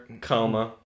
coma